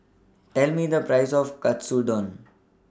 Tell Me The Price of Katsudon